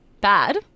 bad